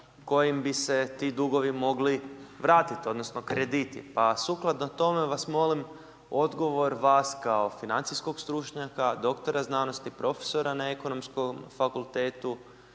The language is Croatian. kojim bi se ti dugovi mogli vratit odnosno krediti, pa sukladno tome, vas molim odgovor, vas kao financijskog stručnjaka, doktora znanosti, profesora na Ekonomskom fakultetu